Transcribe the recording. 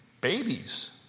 babies